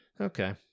Okay